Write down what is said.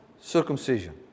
circumcision